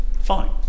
fine